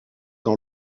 dans